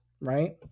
right